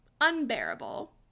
Unbearable